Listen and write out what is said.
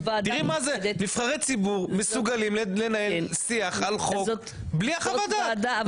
תראי שנבחרי ציבור מסוגלים לנהל שיח על חוק בלי חוות הדעת.